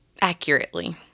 accurately